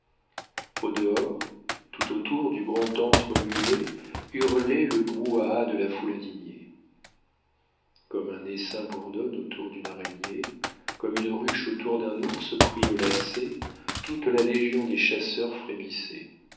au dehors tout autour du grand antre muet hurlait le brouhaha de la foule indignée comme un essaim bourdonne autour d'une araignée comme une ruche autour d'un ours pris au lacet toute la légion des chasseurs frémissait